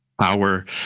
power